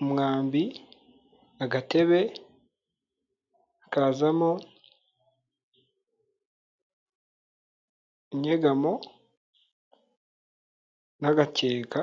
umwambi, agatebe, hakazamo inyegamo n'agakeka.